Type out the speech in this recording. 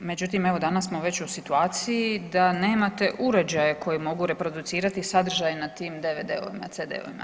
Međutim, evo danas smo već u situaciji da nemate uređaje koji mogu reproducirati sadržaj na tim DVD-ovima, CD-ovima.